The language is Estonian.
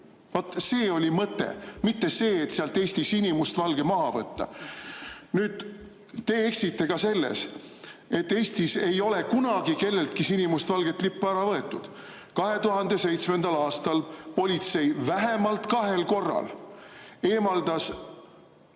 see oli mõte, mitte see, et sealt Eesti sinimustvalge maha võtta. Nüüd, te eksite ka selles, et Eestis ei ole kunagi kelleltki sinimustvalget lippu ära võetud. 2007. aastal politsei vähemalt kahel korral eemaldas